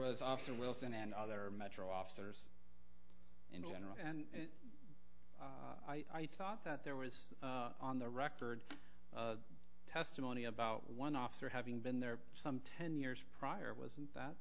was often wilson and other metro officers in general and i thought that there was on the record testimony about one officer having been there some ten years prior wasn't that